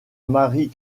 mary